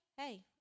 Hey